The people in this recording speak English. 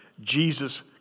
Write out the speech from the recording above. Jesus